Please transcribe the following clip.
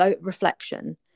reflection